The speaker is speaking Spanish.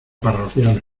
parroquianos